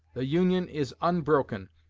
the union is unbroken,